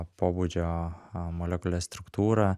pobūdžio molekulės struktūra